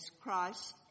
Christ